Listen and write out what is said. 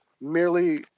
Merely